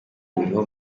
buriho